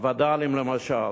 הווד"לים למשל,